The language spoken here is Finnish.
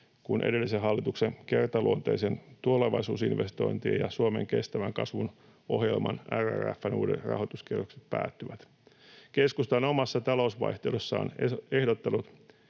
kun edellisen hallituksen kertaluonteisten tulevaisuusinvestointien ja Suomen kestävän kasvun ohjelman RRF:n uudet rahoituskierrokset päättyvät. Keskusta on omassa talousvaihtoehdossaan ehdottanut